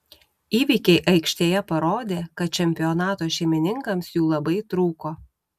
įvykiai aikštėje parodė kad čempionato šeimininkams jų labai trūko